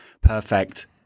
perfect